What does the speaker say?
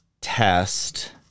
test